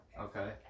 Okay